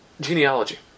Genealogy